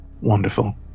wonderful